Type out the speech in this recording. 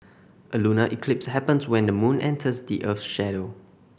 a lunar eclipse happens when the moon enters the earth's shadow